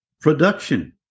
Production